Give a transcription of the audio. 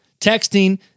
texting